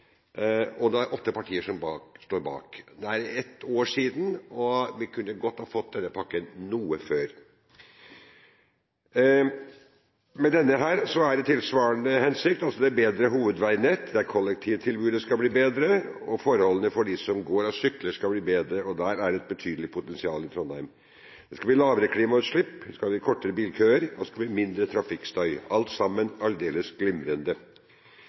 2010, da man innførte bommene, fikk man en reduksjon på biltrafikken med 10 pst., og kollektivtrafikken har gått betydelig opp. Denne pakken, trinn 2, ble vedtatt av kommunestyret i Trondheim våren 2012, og åtte partier sto bak. Det er ett år siden, og vi kunne godt ha fått denne pakken noe før. Denne pakken har tilsvarende hensikter: bedre hovedveinett, kollektivtilbudet skal bli bedre, og forholdene for dem som går og sykler, skal bli bedre – og der er det et betydelig potensial i Trondheim. Det skal bli lavere